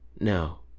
No